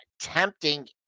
tempting